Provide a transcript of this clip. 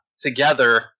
together